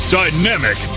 dynamic